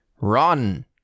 Run